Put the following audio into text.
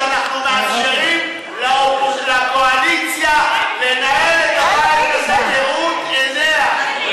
שאנחנו מאפשרים לקואליציה לנהל את הבית הזה כראות עיניה.